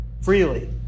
Freely